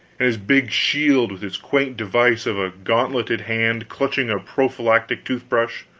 his big shield with its quaint device of a gauntleted hand clutching a prophylactic tooth-brush,